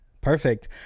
Perfect